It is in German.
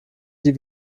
die